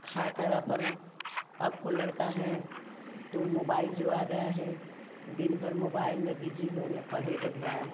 खाकर अपना अब के लड़के हैं तो मोबाइल जो आ गया है दिनभर मोबाइल में बिजी हैं ना पढ़ै का ध्यान